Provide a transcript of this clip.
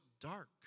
dark